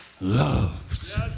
loves